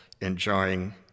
enjoying